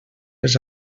les